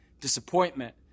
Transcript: disappointment